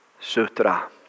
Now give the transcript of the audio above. sutra